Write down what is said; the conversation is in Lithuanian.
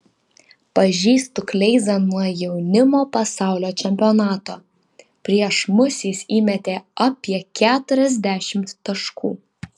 pažįstu kleizą nuo jaunimo pasaulio čempionato prieš mus jis įmetė apie keturiasdešimt taškų